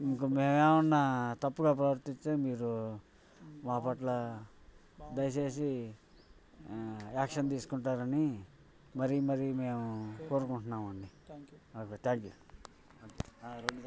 ఇంకా మేం ఏమన్నా తప్పుగా ప్రవర్తిస్తే మీరు మా పట్ల దయచేసి యాక్షన్ తీసుకుంటారని మరీ మరీ మేము కోరుకుంటున్నామండి థ్యాంక్ యు